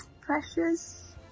precious